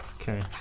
Okay